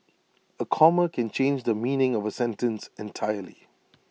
A comma can change the meaning of A sentence entirely